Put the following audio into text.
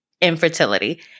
infertility